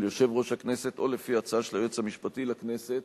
יושב-ראש הכנסת או לפי הצעה של היועץ המשפטי לכנסת,